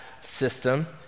system